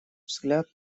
взгляд